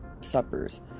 suppers